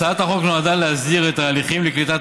הצעת החוק נועדה להסדיר את ההליכים לקליטת